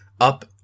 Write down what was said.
up